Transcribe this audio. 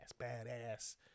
Badass